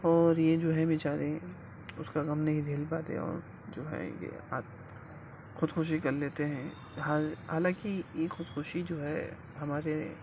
اور یہ جو ہیں بیچارے اس کا غم نہیں جھیل پاتے اور جو ہے کہ خود کشی کر لیتے ہیں حالانکہ یہ خود کشی جو ہے ہمارے